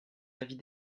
avis